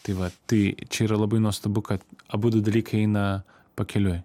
tai va tai čia yra labai nuostabu kad abudu dalykai eina pakeliui